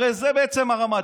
הרי זו בעצם הרמה,